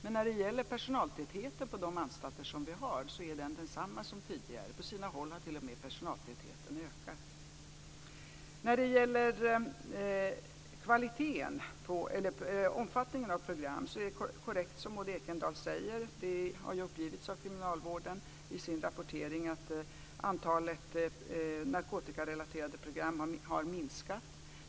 Men personaltätheten på de anstalter vi har är densamma som tidigare. På sina håll har t.o.m. personaltätheten ökat. När det gäller omfattningen av program är det korrekt som Maud Ekendahl säger. Kriminalvården har ju uppgivit i sin rapportering att antalet narkotikarelaterade program har minskat.